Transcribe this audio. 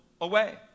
away